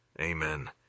Amen